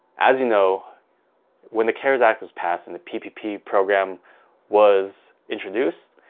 as you know when the cares act was passed and the ppp program was introduced,